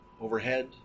overhead